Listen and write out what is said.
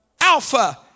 Alpha